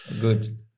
good